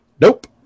Nope